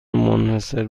منحصر